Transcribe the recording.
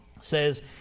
says